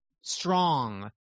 strong